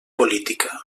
política